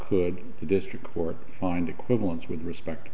could a district court find equivalence with respect